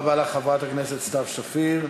תודה רבה לך, חברת כנסת סתיו שפיר.